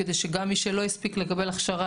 כדי שגם מי שלא הספיק לקבל הכשרה,